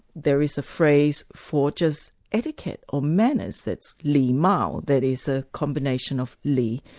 there is a phrase for just etiquette, or manners, that's li-mao, that is a combination of li,